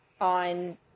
on